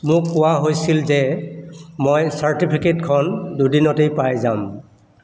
মোক কোৱা হৈছিল যে মই চাৰ্টিফিকেটখন দুদিনতেই পাই যাম